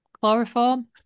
chloroform